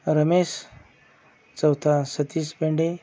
रमेश चौथा सतीश पेंडे